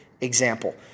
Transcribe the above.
example